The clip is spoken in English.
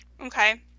Okay